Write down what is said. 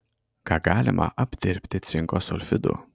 ką galima apdirbti cinko sulfidu